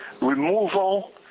removal